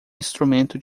instrumento